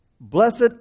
Blessed